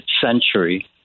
century